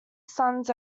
sons